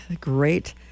great